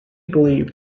believe